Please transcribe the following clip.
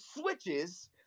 switches